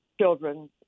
children